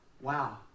wow